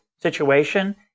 situation